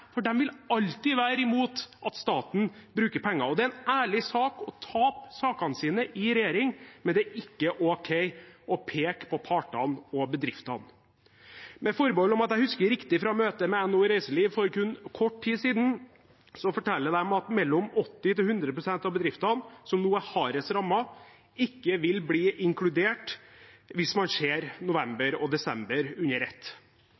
for de vil alltid være imot at staten bruker penger. Det er en ærlig sak å tape sakene sine i regjering, men det er ikke ok å peke på partene og bedriftene. Med forbehold om at jeg husker riktig fra møtet med NHO Reiseliv for kun kort tid siden, forteller de at mellom 80 pst. og 100 pst. av bedriftene som nå er hardest rammet, ikke vil bli inkludert hvis man ser november og desember under